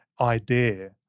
idea